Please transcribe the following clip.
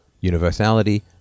universality